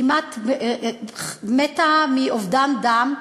כמעט מתה מאובדן דם,